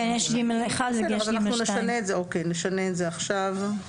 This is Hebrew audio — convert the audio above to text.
אוקיי, נשנה את זה עכשיו.